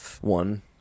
one